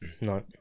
No